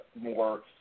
more